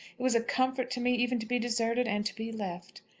it was a comfort to me even to be deserted and to be left.